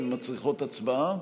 הן מצריכות הצבעה?